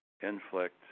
inflict